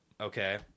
Okay